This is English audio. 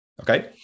okay